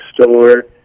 store